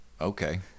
okay